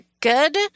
good